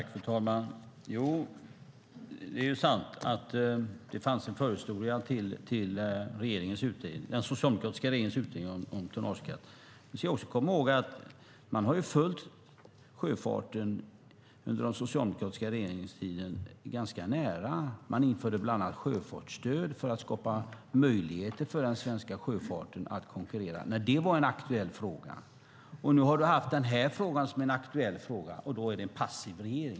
Fru talman! Det är sant att det fanns en förhistoria till den socialdemokratiska regeringens utredning om tonnageskatt. Men vi ska också komma ihåg att man har följt sjöfarten nära under den socialdemokratiska regeringstiden. Man införde bland annat sjöfartsstöd för att skapa möjligheter för den svenska sjöfarten att konkurrera när det var en aktuell fråga. Nu har den här frågan varit aktuell, och då är regeringen passiv.